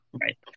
Right